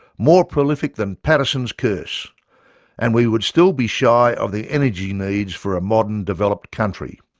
more prolific than paterson's curse and we would still be shy of the energy needs for a modern, developed country.